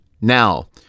now